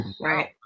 Right